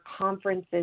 conferences